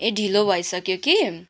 ए ढिलो भइसक्यो कि